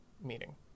meeting